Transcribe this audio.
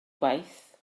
gwaith